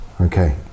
okay